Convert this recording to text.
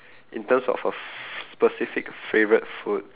in terms of a specific favourite food